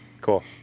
Cool